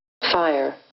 Fire